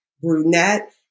brunette